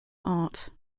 art